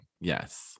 Yes